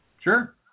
Sure